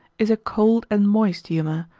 is a cold and moist humour,